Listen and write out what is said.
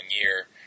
year